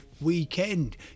weekend